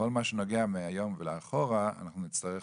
כל מה שנוגע מהיום ואחורה אנחנו נצטרך